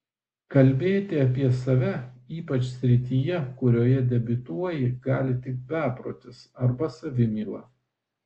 kalbėti apie save ypač srityje kurioje debiutuoji gali tik beprotis arba savimyla